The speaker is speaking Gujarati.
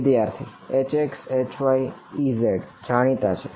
વિદ્યાર્થી HxHyEz જાણીતા છે